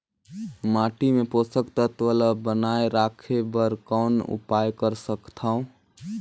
माटी मे पोषक तत्व ल बनाय राखे बर कौन उपाय कर सकथव?